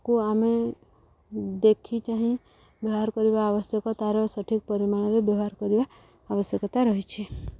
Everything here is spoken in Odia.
କୁ ଆମେ ଦେଖି ଚାହିଁ ବ୍ୟବହାର କରିବା ଆବଶ୍ୟକ ତା'ର ସଠିକ୍ ପରିମାଣରେ ବ୍ୟବହାର କରିବା ଆବଶ୍ୟକତା ରହିଛି